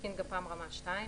מתקין גפ"מ רמה 2,